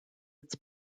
its